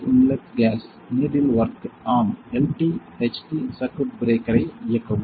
Refer Time 1315 gas inlet gas Refer Time 1318 needle work ஆம் LT HT circuit பிரேக்க்கரை இயக்கவும்